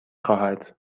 خواهد